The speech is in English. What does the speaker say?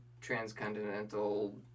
transcontinental